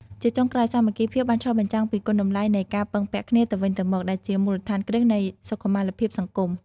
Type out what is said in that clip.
ជាចុងក្រោយ សាមគ្គីភាពបានឆ្លុះបញ្ចាំងពីគុណតម្លៃនៃការពឹងពាក់គ្នាទៅវិញទៅមក ដែលជាមូលដ្ឋានគ្រឹះនៃសុខុមាលភាពសង្គម។